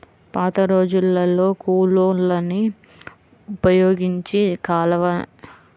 పాతరోజుల్లో కూలోళ్ళని ఉపయోగించి కాలవలని తవ్వడానికి ఎక్కువ కాలం పట్టేది